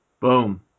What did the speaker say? Boom